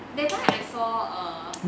that time I saw err